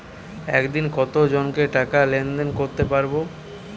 একদিন কত জনকে টাকা লেনদেন করতে পারবো?